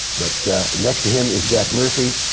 but next to him is jack murphy,